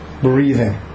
breathing